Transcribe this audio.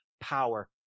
power